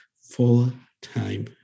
full-time